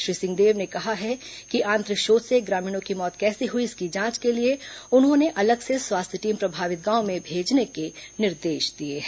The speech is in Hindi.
श्री सिंहदेव ने कहा है कि आंत्रशोथ से ग्रामीणों की मौत कैसे हुई इसकी जांच के लिए उन्होंने अलग से स्वास्थ्य टीम प्रभावित गांव में भेजने के निर्देश दिए हैं